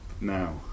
Now